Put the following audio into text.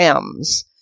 Ms